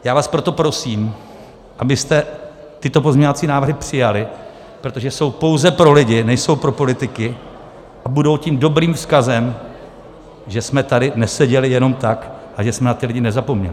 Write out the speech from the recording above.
Já vás proto prosím, abyste tyto pozměňovací návrhy přijali, protože jsou pouze pro lidi, nejsou pro politiky a budou tím dobrým vzkazem, že jsme tady neseděli jenom tak a že jsme na ty lidi nezapomněli.